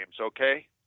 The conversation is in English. okay